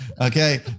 Okay